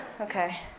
Okay